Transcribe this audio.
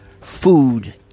food